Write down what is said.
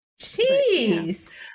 Jeez